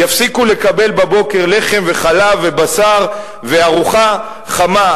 יפסיקו לקבל בבוקר לחם וחלב ובשר וארוחה חמה,